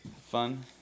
Fun